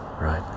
right